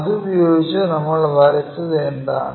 അത് ഉപയോഗിച്ച് നമ്മൾ വരച്ചതെന്താണ്